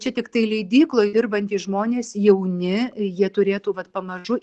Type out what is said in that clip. čia tiktai leidykloj dirbantys žmonės jauni jie turėtų vat pamažu